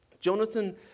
Jonathan